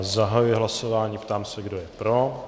Zahajuji hlasování a ptám se, kdo je pro.